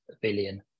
billion